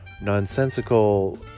nonsensical